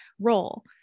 role